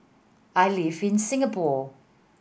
I live in Singapore